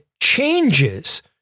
Changes